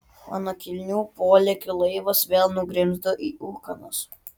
mano kilnių polėkių laivas vėl nugrimzdo į ūkanas